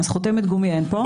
אז חותמת גומי אין פה.